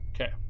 Okay